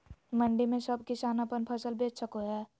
मंडी में सब किसान अपन फसल बेच सको है?